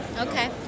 Okay